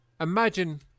Imagine